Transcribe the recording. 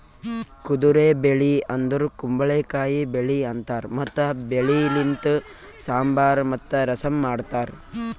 ಕುದುರೆ ಬೆಳಿ ಅಂದುರ್ ಕುಂಬಳಕಾಯಿ ಬೆಳಿ ಅಂತಾರ್ ಮತ್ತ ಬೆಳಿ ಲಿಂತ್ ಸಾಂಬಾರ್ ಮತ್ತ ರಸಂ ಮಾಡ್ತಾರ್